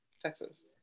texas